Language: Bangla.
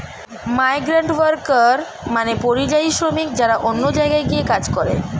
মাইগ্রান্টওয়ার্কার মানে পরিযায়ী শ্রমিক যারা অন্য জায়গায় গিয়ে কাজ করে